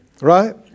right